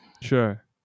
sure